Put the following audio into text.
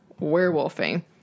werewolfing